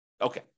Okay